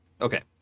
Okay